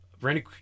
Randy